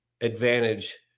advantage